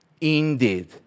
indeed